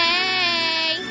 Hey